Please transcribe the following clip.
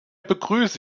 begrüße